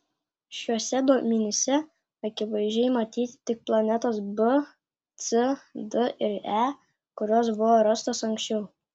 šiuose duomenyse akivaizdžiai matyti tik planetos b c d ir e kurios buvo rastos anksčiau